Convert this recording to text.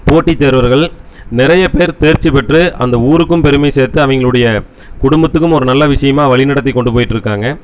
போட்டி தேர்வரர்கள் நிறைய பேர் தேர்ச்சி பெற்று அந்த ஊருக்கும் பெருமை சேர்த்து அவங்களுடைய குடும்பத்துக்கும் ஒரு நல்ல விஷயமா வழிநடத்தி கொண்டு போய்ட்டுருக்காங்க